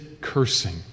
cursing